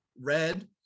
red